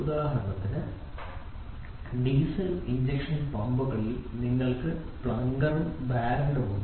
ഉദാഹരണത്തിന് diesel injection പമ്പുകളിൽ നിങ്ങൾക്ക് പ്ലങ്കറും ബാരലും ഉണ്ട്